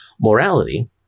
morality